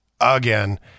Again